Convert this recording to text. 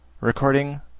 Recording